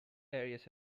areas